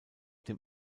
dem